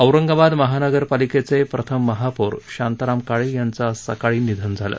औरंगाबाद महानगरपालिकेचे प्रथम महापौर शांताराम काळे यांचं आज सकाळी निधन झालं